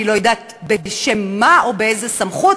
אני לא יודעת בשם מה או באיזה סמכות,